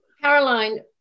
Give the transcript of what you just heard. Caroline